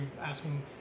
asking